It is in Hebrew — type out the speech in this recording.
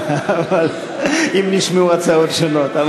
אם נשמעו הצעות שונות.